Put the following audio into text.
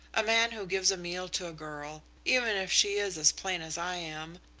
a man who gives a meal to a girl, even if she is as plain as i am,